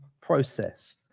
process